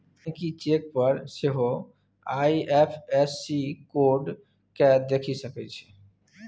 गहिंकी चेक पर सेहो आइ.एफ.एस.सी कोड केँ देखि सकै छै